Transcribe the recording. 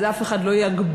אף אחד לא יגביל,